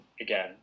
again